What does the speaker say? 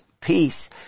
peace